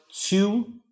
two